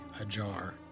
ajar